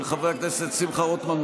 של חברי הכנסת שמחה רוטמן,